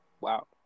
Wow